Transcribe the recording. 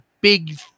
Big